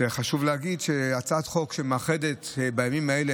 חשוב להגיד שהצעת חוק שמאחדת בימים האלה